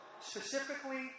specifically